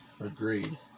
agreed